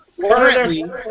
Currently